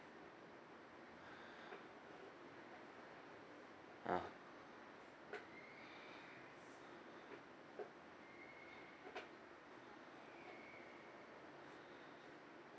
ah